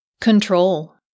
Control